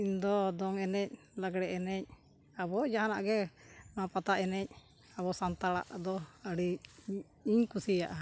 ᱤᱧ ᱫᱚ ᱫᱚᱝ ᱮᱱᱮᱡ ᱞᱟᱜᱽᱲᱮ ᱮᱱᱮᱡ ᱟᱵᱚ ᱡᱟᱦᱟᱱᱟᱜ ᱜᱮ ᱱᱚᱣᱟ ᱯᱟᱛᱟ ᱮᱱᱮᱡ ᱟᱵᱚ ᱥᱟᱱᱛᱟᱲᱟᱜ ᱫᱚ ᱟᱹᱰᱤ ᱤᱧ ᱠᱩᱥᱤᱭᱟᱜᱼᱟ